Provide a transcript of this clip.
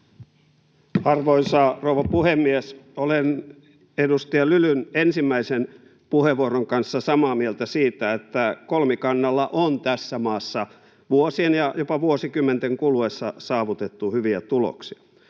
Arvoisa rouva puhemies! Olen edustaja Lylyn ensimmäisen puheenvuoron kanssa samaa mieltä siitä, että kolmikannalla on tässä maassa vuosien ja jopa vuosikymmenten kuluessa saavutettu hyviä tuloksia.